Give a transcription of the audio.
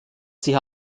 sie